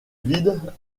vide